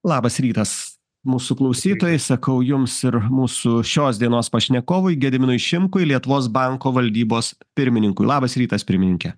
labas rytas mūsų klausytojai sakau jums ir mūsų šios dienos pašnekovui gediminui šimkui lietuvos banko valdybos pirmininkui labas rytas pirmininke